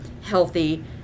healthy